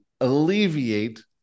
alleviate